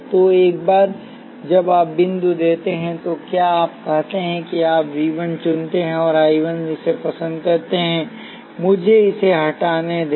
तो एक बार जब आप बिंदु दे देते हैं तो क्या आप कहते हैं कि आप V 1 चुनते हैं और I 1 इसे पसंद करते हैं मुझे इसे हटाने दें